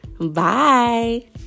Bye